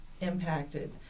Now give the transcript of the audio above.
impacted